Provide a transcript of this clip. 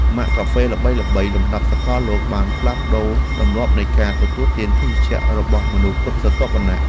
ម៉ាកកាហ្វេល្បីៗលំដាប់សកលលោកបានផ្លាស់ប្តូរទម្លាប់នៃការទទួលទានភេសជ្ជៈរបស់មនុស្សគ្រប់ស្រទាប់វណ្ណៈ។